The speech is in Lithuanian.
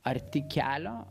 arti kelio